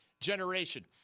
generation